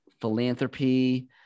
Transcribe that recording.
Philanthropy